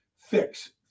fix